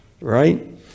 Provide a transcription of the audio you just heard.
right